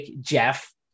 Jeff